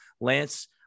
Lance